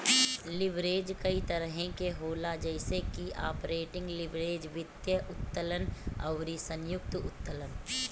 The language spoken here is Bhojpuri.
लीवरेज कई तरही के होला जइसे की आपरेटिंग लीवरेज, वित्तीय उत्तोलन अउरी संयुक्त उत्तोलन